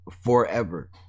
forever